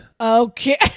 Okay